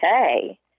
Okay